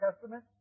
Testament